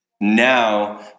Now